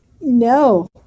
No